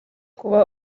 kuba